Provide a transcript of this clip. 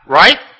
right